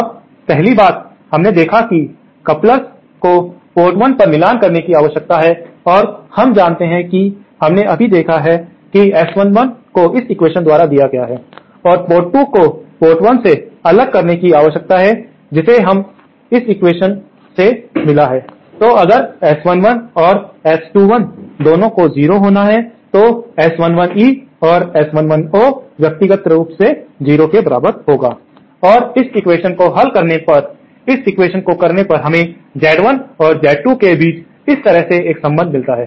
अब पहली बात हमने देखा कि कपलर को पोर्ट 1 पर मिलान करने की आवश्यकता है और हम जानते हैं कि हमने अभी देखा है कि S11 को इस एक्वेशन द्वारा दिया गया है और पोर्ट 2 को पोर्ट 1 से अलग करने की आवश्यकता है जिससे हमें यह एक्वेशन मिला है तो अगर S11 और S21 दोनों को 0 होना है तो S11E और S11O व्यक्तिगत रूप से 0 के बराबर होगा और इस एक्वेशन को हल करने पर इस एक्वेशन को करने पर हमें Z1 और Z2 के बीच इस तरह से एक संबंध मिलता है